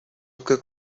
cook